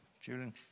Julian